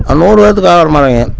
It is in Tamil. நூறு பேத்துக்கு வரமாதிரிங்க